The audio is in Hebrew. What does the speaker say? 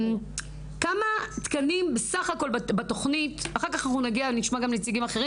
כמה תקנים בסך הכול בתוכנית אחר כך נשמע גם נציגים אחרים